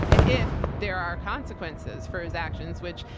and if there are consequences for his actions, which,